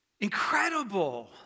Incredible